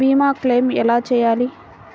భీమ క్లెయిం ఎలా చేయాలి?